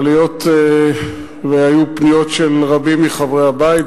אבל היות שהיו פניות של רבים מחברי הבית,